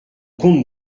comte